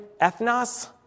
ethnos